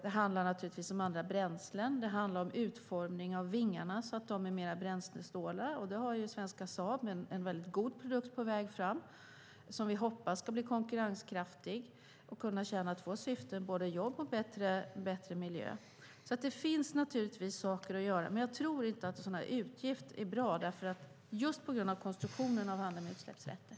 Det handlar om andra bränslen och utformning av vingar så att de blir mer bränslesnåla. Här har svenska Saab en god produkt på väg som vi hoppas ska bli konkurrenskraftig och kunna tjäna två syften, både jobb och bättre miljö. Det finns givetvis saker att göra, men jag tror inte att en sådan här utgift är bra, just på grund av konstruktionen av handeln med utsläppsrätter.